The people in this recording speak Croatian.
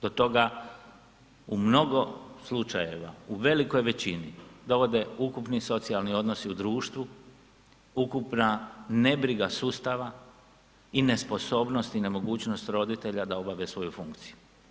Do toga u mnogo slučajeva, u velikoj većini, da ode ukupni socijalni odnosi u društvu, ukupna nebriga sustava i nesposobnost i nemogućnost roditelja da obave svoju funkciju.